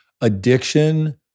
addiction